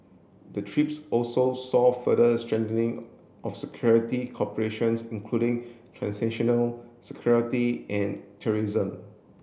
the trips also saw further strengthening of security cooperations including transactional security and terrorism